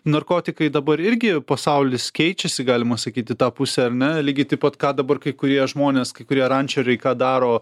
narkotikai dabar irgi pasaulis keičiasi galima sakyt į tą pusę ar ne lygiai taip pat ką dabar kai kurie žmonės kai kurie rančeriai ką daro